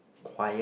quiet